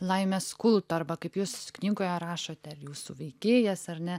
laimės kulto arba kaip jūs knygoje rašote ar jūsų veikėjas ar ne